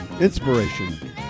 inspiration